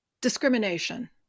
Discrimination